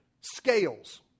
scales